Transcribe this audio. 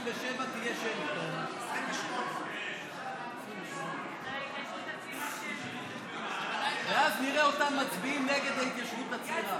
28. ואז נראה אותם מצביעים נגד ההתיישבות הצעירה.